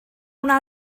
una